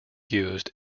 used